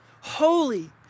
holy